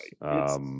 right